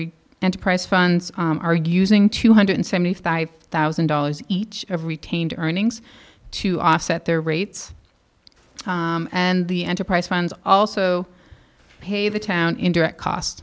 enterprise funds are using two hundred seventy five thousand dollars each of retained earnings to offset their rates and the enterprise funds also pay the town indirect cost